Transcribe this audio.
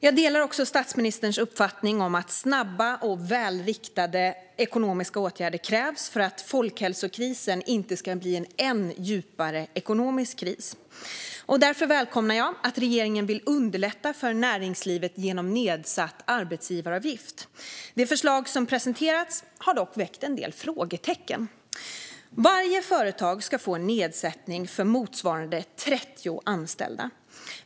Jag delar också statsministerns uppfattning om att snabba och välriktade ekonomiska åtgärder krävs för att folkhälsokrisen inte ska bli en än djupare ekonomisk kris. Därför välkomnar jag att regeringen vill underlätta för näringslivet genom nedsatt arbetsgivaravgift. Det förslag som presenterats har dock väckt en del frågetecken. Varje företag ska få en nedsättning för motsvarande 30 anställda.